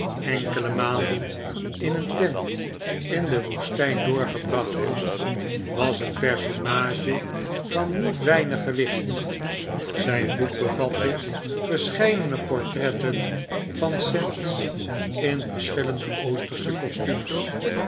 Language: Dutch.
enkele maanden in een tent in de woestijn doorgebracht had was een personage van niet weinig gewicht zijn boek bevatte verscheidene portretten van sands in verschillende oostersche kostuums